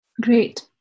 Great